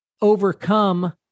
overcome